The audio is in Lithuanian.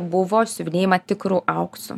buvo siuvinėjama tikru auksu